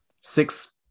Six